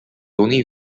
only